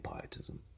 pietism